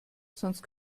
sonst